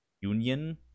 union